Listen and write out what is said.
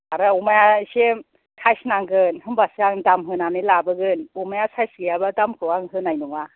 आरो अमाया एसे साइज नांगोन होनबासो आं दाम होनानै लाबोगोन अमाया साइज गैयाबा दामखौ आं होनाय नङा